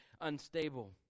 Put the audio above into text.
unstable